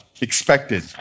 expected